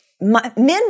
Men